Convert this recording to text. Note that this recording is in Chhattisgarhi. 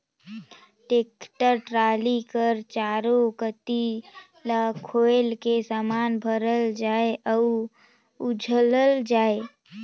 टेक्टर टराली कर चाएरो कती ल खोएल के समान भरल जाथे अउ उझलल जाथे